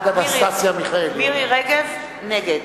נגד